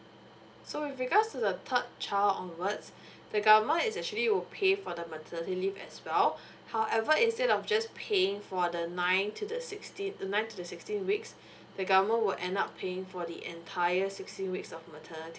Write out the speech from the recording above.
so with regards to the third child onwards the government is actually will pay for the maternity leave as well however instead of just paying for the nine to the sixty the nine to sixteen weeks the government will end up paying for the entire sixteen weeks of maternity leave